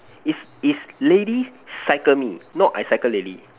is is lady cycle me not I cycle lady